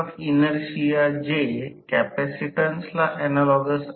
तर मूलत ते PG असेल रोटर कॉपर लॉस